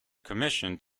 commissioned